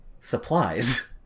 supplies